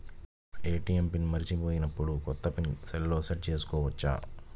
ATM pin మరచిపోయినప్పుడు, కొత్త pin సెల్లో సెట్ చేసుకోవచ్చా?